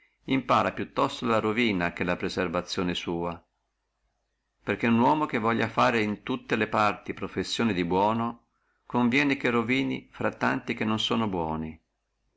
impara più tosto la ruina che la perservazione sua perché uno uomo che voglia fare in tutte le parte professione di buono conviene rovini infra tanti che non sono buoni